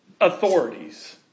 authorities